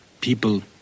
people